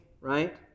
right